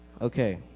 Okay